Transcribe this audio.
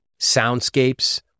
soundscapes